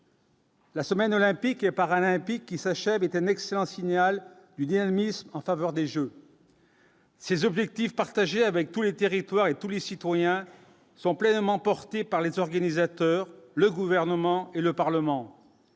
La semaine olympique et paralympique qui s'achève est un excellent signal du dynamisme en faveur des jeunes. Ces objectifs partagés avec tous les territoires, et tous les citoyens sont pleinement porté par les organisateurs, le gouvernement et le Parlement.